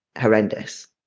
horrendous